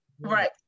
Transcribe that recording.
right